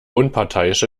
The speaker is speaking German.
unparteiische